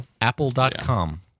Apple.com